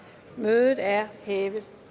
Mødet er hævet.